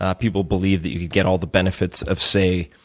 ah people believed that you could get all the benefits of, say,